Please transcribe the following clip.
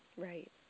Right